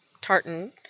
tartan